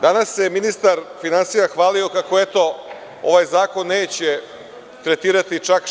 Danas se ministar finansija hvalio kako eto ovaj zakon neće tretirati čak 61%